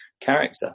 character